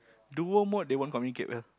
duo mode they won't communicate well